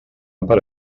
per